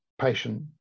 patient